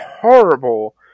horrible